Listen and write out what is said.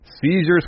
Seizures